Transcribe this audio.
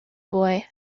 boy